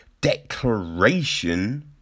declaration